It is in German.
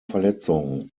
verletzung